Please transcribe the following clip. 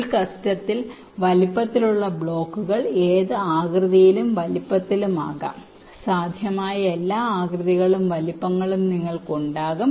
full കസ്റ്റത്തിൽ വലുപ്പത്തിലുള്ള ബ്ലോക്കുകൾ ഏത് ആകൃതിയിലും വലുപ്പത്തിലും ആകാം സാധ്യമായ എല്ലാ ആകൃതികളും വലുപ്പങ്ങളും നിങ്ങൾക്ക് ഉണ്ടാകും